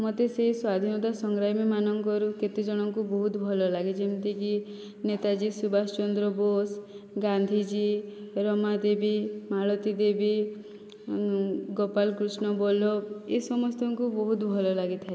ମୋତେ ସେଇ ସ୍ୱାଧୀନତା ସଂଗ୍ରାମୀ ମାନଙ୍କରୁ କେତେ ଜଣଙ୍କୁ ବହୁତ ଭଲ ଲାଗେ ଯେମିତି କି ନେତାଜୀ ସୁବାସ ଚନ୍ଦ୍ର ବୋଷ ଗାନ୍ଧିଜୀ ରମାଦେବୀ ମାଳତୀ ଦେବୀ ଗୋପାଳ କୃଷ୍ଣ ବଲ୍ଲଭ ଏ ସମସ୍ତଙ୍କୁ ବହୁତ ଭଲ ଲାଗିଥାଏ